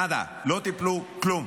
נאדה, לא טיפלו, כלום.